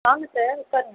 வாங்க சார் உட்காருங்க